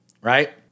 right